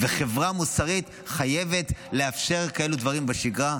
וחברה מוסרית חייבת לאפשר כאלה דברים בשגרה.